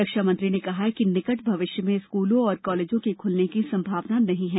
रक्षा मंत्री ने कहा कि निकट भविष्य में स्कूलों और कॉलेजों के खुलने की संभावना नहीं है